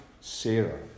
Sarah